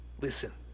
Listen